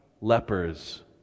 lepers